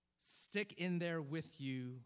stick-in-there-with-you